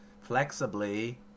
flexibly